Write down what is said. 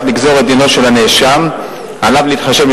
לגזור את דינו של הנאשם עליו להתחשב,